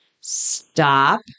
stop